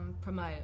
promote